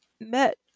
met